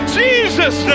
jesus